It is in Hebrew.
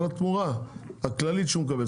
על התמורה הכללית שהוא מקבל.